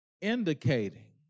indicating